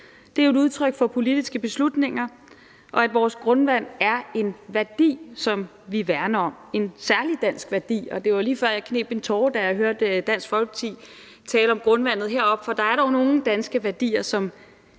Det er jo et udtryk for politiske beslutninger og for, at vores grundvand er en værdi, som vi værner om – en særlig dansk værdi. Det var lige før, jeg kneb en tåre, da jeg hørte Dansk Folkeparti tale om grundvandet heroppe, for der er dog nogle danske værdier, som